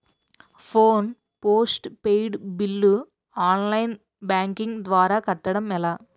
Phone postpaid bill online banking ద్వారా కట్టడం ఎలా?